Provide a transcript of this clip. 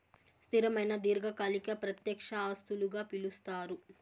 స్థిరమైన దీర్ఘకాలిక ప్రత్యక్ష ఆస్తులుగా పిలుస్తారు